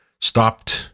stopped